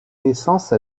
naissance